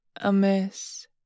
amiss